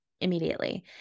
immediately